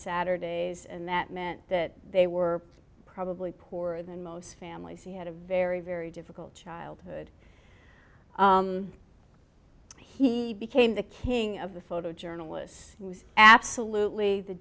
saturdays and that meant that they were probably poorer than most families he had a very very difficult childhood he became the king of the photojournalist's he was absolutely the